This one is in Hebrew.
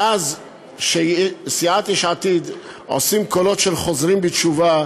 מאז סיעת יש עתיד עושים קולות של חוזרים בתשובה,